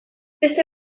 beste